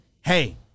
hey